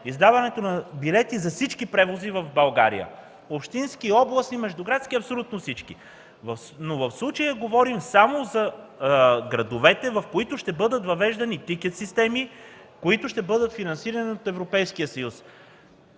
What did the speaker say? издаването на билети за всички превози в България – общински, областни и междуградски. В случая говорим само за градовете, в които ще бъдат въвеждани тикет системи, които ще бъдат финансирани от Европейския съюз.